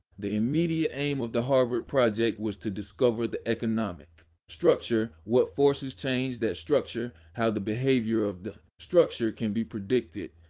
the immediate aim of the harvard project was to discover the economic structure, what forces change that structure, how the behavior of the structure can be predicted,